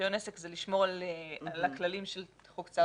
רישיון עסק זה לשמור על הכללים של חוק צער בעלי חיים.